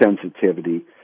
sensitivity